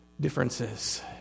differences